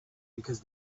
because